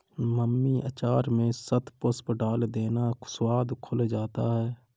mummy अचार में शतपुष्प डाल देना, स्वाद खुल जाता है